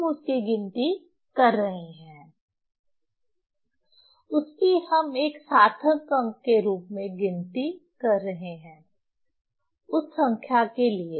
हम उसकी गिनती कर रहे हैं उसकी हम एक सार्थक अंक के रूप में गिनती कर रहे हैं उस संख्या के लिए